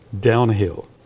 downhill